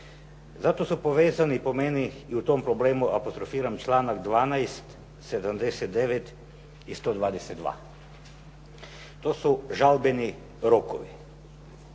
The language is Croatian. Zato su povezani po meni i u tom problemu apostrofiram članak 12., 79. i 122. to su žalbeni rokovi.